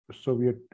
Soviet